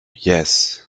yes